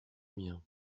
mien